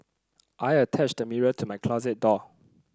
I attached a mirror to my closet door